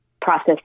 process